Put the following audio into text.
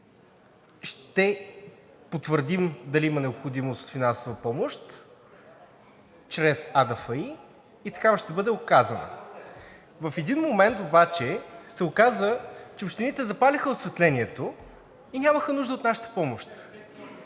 ще потвърдим дали има необходимост от финансова помощ чрез АДФИ и такава ще бъде оказана. В един момент обаче се оказа, че общините запалиха осветлението и нямаха нужда от нашата помощ.